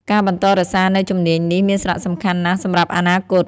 ការបន្តរក្សានូវជំនាញនេះមានសារៈសំខាន់ណាស់សម្រាប់អនាគត។